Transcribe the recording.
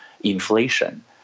inflation